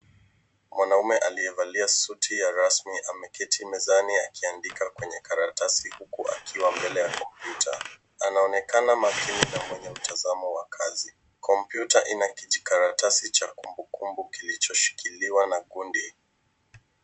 Mwanaume aliyevalia suti ya rasmi ameketi mezani akiandika kwenye karatasi huku akiwa mbele ya kompyuta. Anaonekana makini na mwenye mtazamo wa kazi. Kompyuta ina kijikaratasi cha kumbukumbu kilichoshikiliwa na gundi.